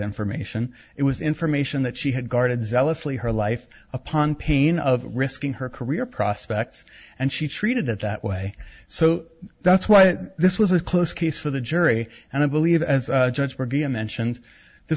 information it was information that she had guarded zealously her life upon pain of risking her career prospects and she treated at that way so that's why this was a close case for the jury and i believe as a judge would be a mentions